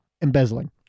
Embezzling